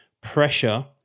pressure